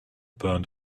burned